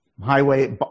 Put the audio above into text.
highway